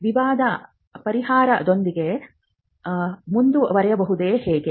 ವಿವಾದ ಪರಿಹಾರದೊಂದಿಗೆ ಮುಂದುವರಿಯುವುದು ಹೇಗೆ